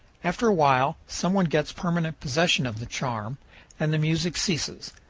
after a while some one gets permanent possession of the charm and the music ceases.